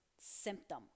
symptom